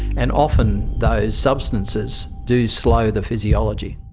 and often those substances do slow the physiology.